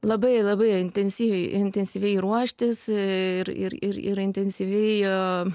labai labai intensyviai intensyviai ruoštis ir ir ir ir intensyvėjo